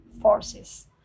forces